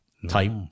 Type